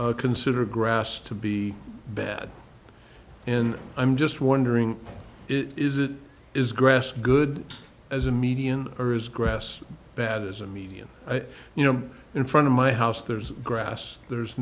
consider grass to be bad and i'm just wondering is it is grass good as a median or is grass bad is a median you know in front of my house there's grass there's